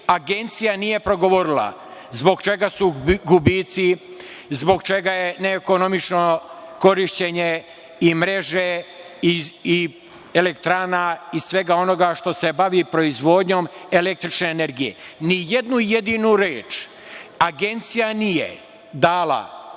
Agencija nije progovorila zbog čega su gubici, zbog čega je neekonomično korišćenje i mreže i elektrana i svega onoga što se bavi proizvodnjom električne energije. Ni jednu jedinu reč Agencija nije dala, da